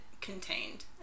contained